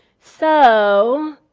so,